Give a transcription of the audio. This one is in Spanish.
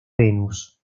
venus